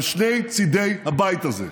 על שני צידי הבית הזה.